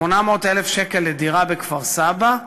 800,000 שקל לדירה בכפר-סבא,